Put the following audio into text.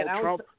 Trump